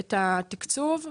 את התקצוב.